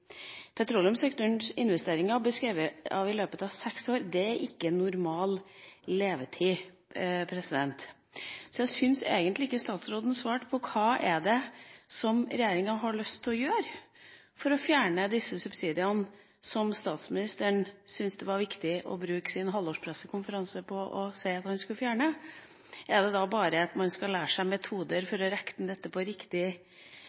Petroleumssektorens investeringer blir skrevet av i løpet av seks år – det er ikke normal levetid. Jeg syns egentlig ikke statsråden svarte på hva det er regjeringa har lyst til å gjøre for å fjerne disse subsidiene, som statsministeren syntes det var viktig å bruke sin halvårspressekonferanse på å si at han skulle fjerne. Er det bare at man skal lære seg metoder for å regne dette på riktig